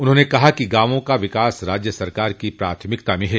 उन्होंने कहा कि गांवों का विकास राज्य सरकार की प्राथमिकता में है